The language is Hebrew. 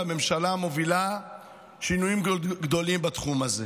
והממשלה מובילה שינויים גדולים בתחום הזה.